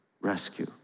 rescue